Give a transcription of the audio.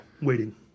Waiting